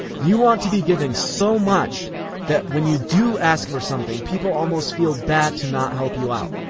you want to be giving so much that when you do ask for something, people almost feel bad to not help you out.